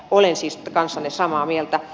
olen siis kanssanne samaa mieltä